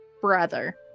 brother